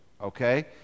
okay